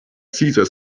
cesar